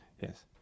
yes